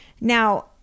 Now